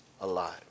alive